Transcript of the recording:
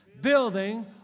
building